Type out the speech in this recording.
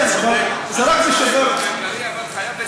אתה צודק באופן כללי, אבל חייב לציין את זה.